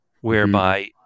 whereby